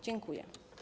Dziękuję.